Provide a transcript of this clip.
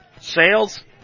Sales